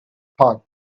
thought